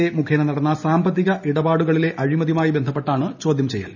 A മുഖേന നടന്ന സാമ്പത്തിക ഇടപാടുകളിലെ അഴിമതിയുമായി ബന്ധപ്പെട്ടായിരുന്നു ചോദ്യം ചെയ്യൽ